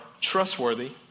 trustworthy